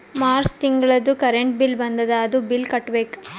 March ತಿಂಗಳದೂ current bill ಬಂದದ, ಅದೂ ಬಿಲ್ ಕಟ್ಟಬೇಕ್